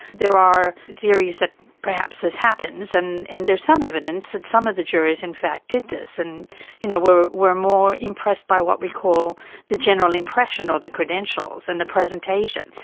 there are theories that perhaps this happens, and and there are some evidence that some of the juries in fact did this and you know were were more impressed by what we call the general impression or the credentials and the presentation.